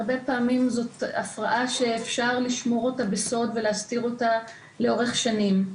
הרבה פעמים זאת הפרעה שאפשר לשמור אותה בסוד ולהסתיר אותה לאורך שנים.